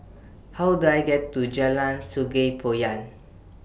How Do I get to Jalan Sungei Poyan